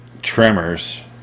Tremors